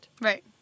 Right